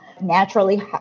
naturally